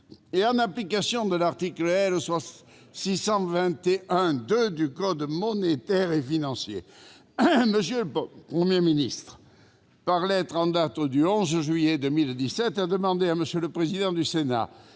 et en application de l'article L. 621-2 du code monétaire et financier, M. le Premier ministre, par lettre en date du 11 juillet 2017, a demandé à M. le Président du Sénat